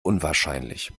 unwahrscheinlich